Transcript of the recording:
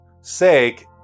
sake